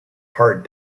heart